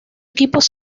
equipos